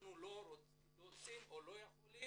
"אנחנו לא רוצים או לא יכולים"